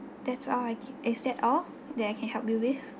that's all I can is that all that I can help you with